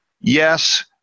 Yes